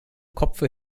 kopfe